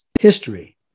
history